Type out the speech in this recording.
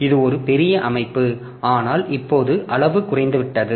இது ஒரு பெரிய அமைப்பு ஆனால் இப்போது அளவு குறைந்துவிட்டது